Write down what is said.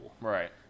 right